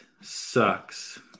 sucks